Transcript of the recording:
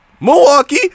Milwaukee